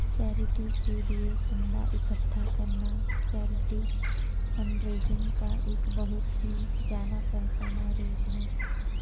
charity के लिए चंदा इकट्ठा करना चैरिटी फंडरेजिंग का एक बहुत ही जाना पहचाना रूप है